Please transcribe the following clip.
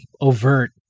overt